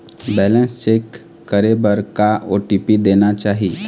Balance check करे बर का ओ.टी.पी देना चाही?